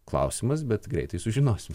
klausimas bet greitai sužinosim